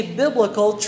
biblical